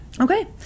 okay